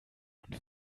und